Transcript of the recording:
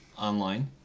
online